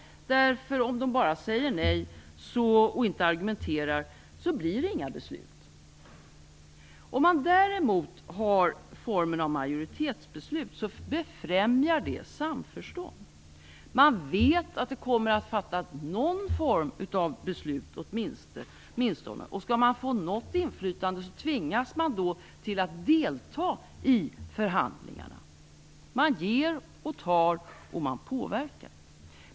Säger man bara nej och inte argumenterar, så blir det inga beslut. Om man däremot använder formen av majoritetsbeslut, främjar det samförstånd. Då vet man att det åtminstone kommer att fattas någon form av beslut. Skall man få något inflytande, tvingas man då att delta i förhandlingarna. Man ger och tar, och man påverkar.